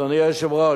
אדוני היושב-ראש,